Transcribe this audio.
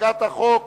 הצגת החוק